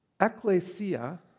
Ecclesia